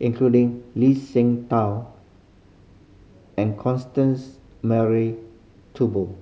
including Lee Seng Tao and Constance Mary Turnbull